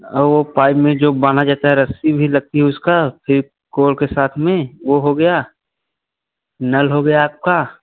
और वो पाइप में जो बांधा जाता है रस्सी भी लगती है उसका फेविकोल के साथ में वह हो गया नल हो गया आपका